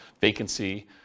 vacancy